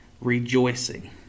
rejoicing